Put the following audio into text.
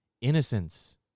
innocence